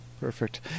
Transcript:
Perfect